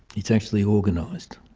it's actually organised.